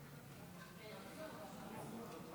ואם ירצה לעלות לנמק,